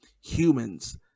humans